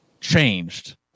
changed